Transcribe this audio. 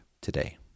today